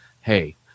hey